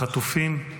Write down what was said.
לחטופים,